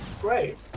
Great